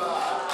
הופה,